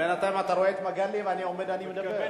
בינתיים אתה רואה את מגלי, ואני עומד, אני מדבר.